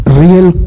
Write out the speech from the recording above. real